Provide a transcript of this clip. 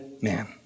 man